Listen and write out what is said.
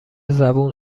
زبون